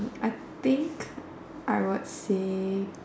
I think I would say